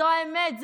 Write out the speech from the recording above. זו האמת.